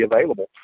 available